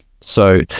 So-